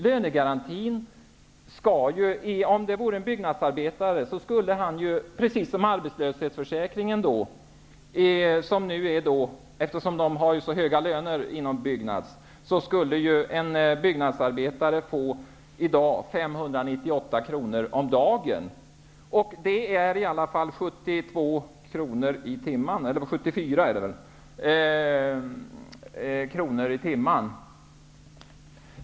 Eftersom lönerna inom Byggnads är så höga skulle en byggnadsarbetare i dag, precis som när det gäller arbetslöshetsförsäkringen, få 598 kr per dag. Det blir 74 kr i timmen, om jag inte tar fel.